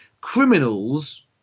Criminals